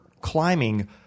climbing